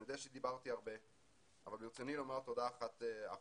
אני יודע שדיברתי הרבה אבל ברצוני לומד תודה אחת אחרונה.